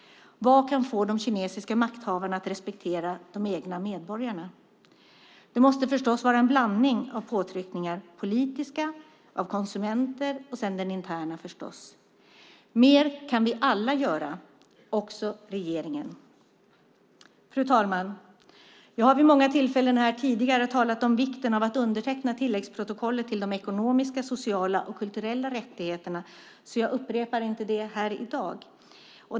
Vad kan få de kinesiska makthavarna att respektera de egna medborgarna? Det måste förstås vara en blandning av påtryckningar: politiska, från konsumenter och sedan den interna förstås. Mer kan vi alla göra, också regeringen. Fru talman! Jag har vid många tillfällen här tidigare talat om vikten av att underteckna tilläggsprotokollet till de ekonomiska, sociala och kulturella rättigheterna, så jag upprepar inte det här i dag.